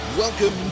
Welcome